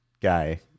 guy